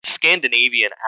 Scandinavian